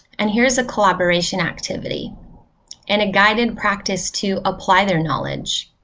and here's a collaboration activity and a guided practice to apply their knowledge.